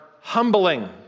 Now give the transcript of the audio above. humbling